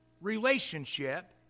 relationship